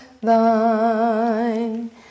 thine